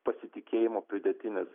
pasitikėjimo pridėtinis